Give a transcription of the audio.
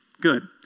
Good